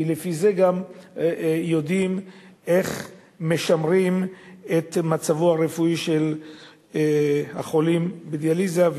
כי לפי זה גם יודעים איך משמרים את מצבו הרפואי של החולה בדיאליזה.